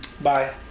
Bye